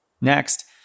Next